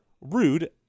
Rude